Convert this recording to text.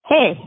Hey